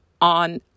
on